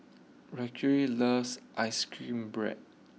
Racquel loves Ice cream Bread